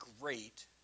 great